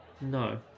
No